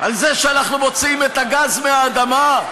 על זה שאנחנו מוציאים את הגז מהאדמה?